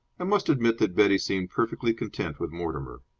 i must admit that betty seemed perfectly content with mortimer.